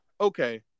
okay